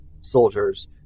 soldiers